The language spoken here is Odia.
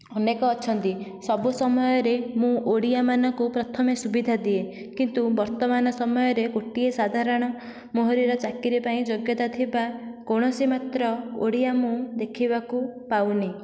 ଅନେକ ଅଛନ୍ତି ସବୁ ସମୟରେ ମୁଁ ଓଡ଼ିଆ ମାନଙ୍କୁ ପ୍ରଥମେ ସୁବିଧା ଦିଏ କିନ୍ତୁ ବର୍ତ୍ତମାନ ସମୟରେ ଗୋଟିଏ ସାଧାରଣ ମୋହରିର ଚାକିରୀ ପାଇଁ ଯୋଗ୍ୟତା ଥିବା କୌଣସି ମାତ୍ର ଓଡ଼ିଆ ମୁଁ ଦେଖିବାକୁ ପାଉନି